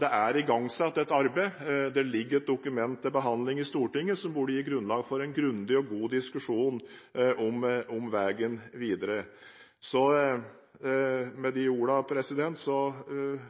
Det er igangsatt et arbeid. Det ligger et dokument til behandling i Stortinget som burde gi grunnlag for en grundig og god diskusjon om veien videre. Med disse ordene